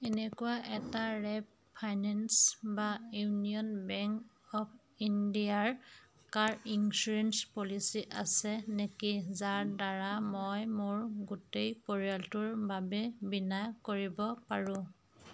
এনেকুৱা এটা ৰেপ' ফাইনেন্স বা ইউনিয়ন বেংক অৱ ইণ্ডিয়াৰ কাৰ ইঞ্চুৰেঞ্চ পলিচী আছে নেকি যাৰদ্বাৰা মই মোৰ গোটেই পৰিয়ালটোৰ বাবে বীমা কৰিব পাৰোঁ